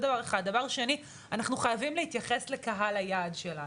דבר שני, אנחנו חייבים להתייחס לקהל היעד שלנו,